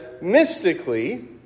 Mystically